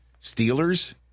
Steelers